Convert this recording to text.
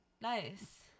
nice